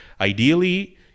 ideally